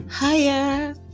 hiya